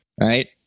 right